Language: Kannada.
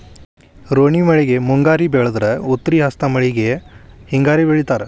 ರೋಣಿ ಮಳೆಗೆ ಮುಂಗಾರಿ ಬೆಳದ್ರ ಉತ್ರಿ ಹಸ್ತ್ ಮಳಿಗೆ ಹಿಂಗಾರಿ ಬೆಳಿತಾರ